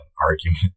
argument